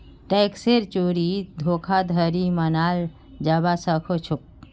टैक्सेर चोरी धोखाधड़ी मनाल जाबा सखेछोक